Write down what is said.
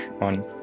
on